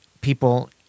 people